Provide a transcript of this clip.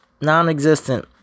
non-existent